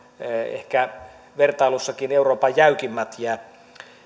ehkä vertailussakin euroopan jäykimmät ja